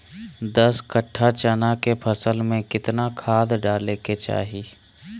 दस कट्ठा चना के फसल में कितना खाद डालें के चाहि?